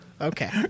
okay